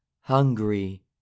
hungry